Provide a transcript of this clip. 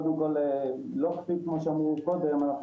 בניגוד למה שאמרו קודם,